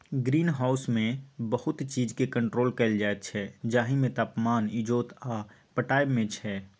green हाउसमे बहुत चीजकेँ कंट्रोल कएल जाइत छै जाहिमे तापमान, इजोत आ पटाएब मेन छै